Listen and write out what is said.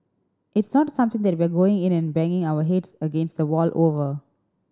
it's not something that we are going in and banging our heads against a wall over